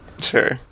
Sure